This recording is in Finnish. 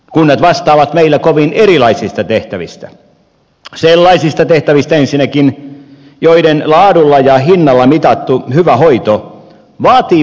kunnat vastaavat meillä kovin erilaisista tehtävistä ensinnäkin sellaisista tehtävistä joiden laadulla ja hinnalla mitattu hyvä hoito vaatii paikallistuntemusta